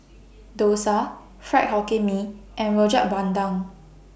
Dosa Fried Hokkien Mee and Rojak Bandung